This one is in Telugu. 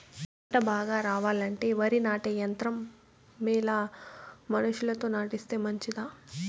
పంట బాగా రావాలంటే వరి నాటే యంత్రం మేలా మనుషులతో నాటిస్తే మంచిదా?